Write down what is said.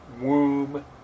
womb